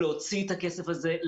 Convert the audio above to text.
להוציא את הכסף הזה.